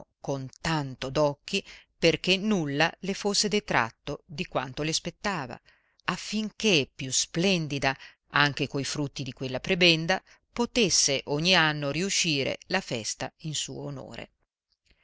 con tanto d'occhi perché nulla le fosse detratto di quanto le spettava affinché più splendida anche coi frutti di quella prebenda potesse ogni anno riuscire la festa in suo onore